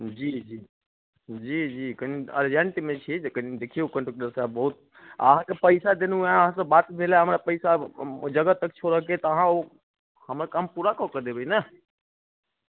जी जी जी जी जी जी कनी अर्जेंटमे छी तऽ कनी देखियौ कंडक्टर साहब बहुत अहाँके पैसा देलहुँ हँ अहाँ सँ बात भेल हँ हमरा पैसा ओइ जगह तक छोड़ैके तऽ अहाँ ओ हमर काम पूरा कऽ के देबै ने